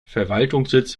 verwaltungssitz